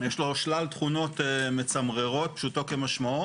- יש לו שלל תכונות מצמררות, פשוטו כמשמעו